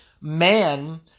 man